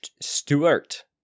Stewart